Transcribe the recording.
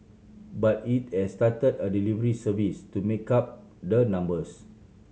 but it has started a delivery service to make up the numbers